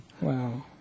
wow